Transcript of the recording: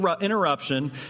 interruption